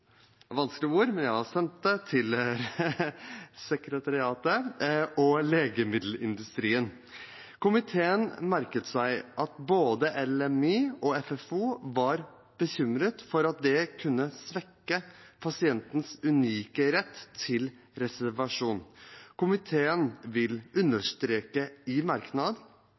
og Legemiddelindustrien. Komiteen merket seg at både Legemiddelindustrien og Funksjonshemmedes Fellesorganisasjon var bekymret for at det kunne svekke pasientens unike rett til reservasjon. Komiteen understreker i merknad